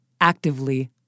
actively